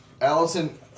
Allison